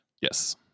yes